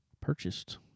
purchased